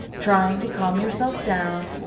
trying to calm yourself down,